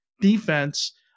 defense